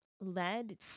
led